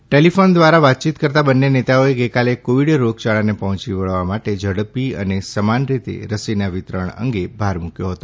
telephone ધ્વારા વાતચીત કરતા બંને નેતાઓએ ગઇકાલે કોવિડ રોગયાળાને પહોંચી વળવા માટે ઝડપી અને સમાન રીતે રસીના વિતરણ અંગે ભાર મુકથો હતો